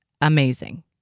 amazing